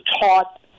taught